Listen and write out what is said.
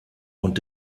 und